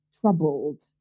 troubled